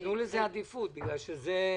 תנו לזה עדיפות בגלל שזה